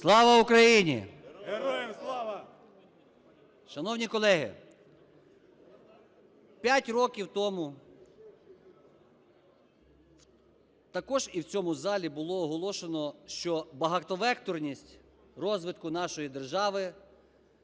слава! ЛАПІН І.О. Шановні колеги, 5 років тому також і в цьому залі було оголошено, що багатовекторність розвитку нашої держави